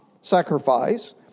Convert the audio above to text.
sacrifice